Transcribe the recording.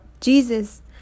Jesus